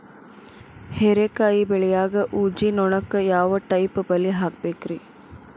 ಹೇರಿಕಾಯಿ ಬೆಳಿಯಾಗ ಊಜಿ ನೋಣಕ್ಕ ಯಾವ ಟೈಪ್ ಬಲಿ ಹಾಕಬೇಕ್ರಿ?